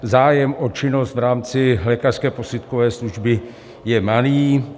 Zájem o činnost v rámci lékařské posudkové služby je malý.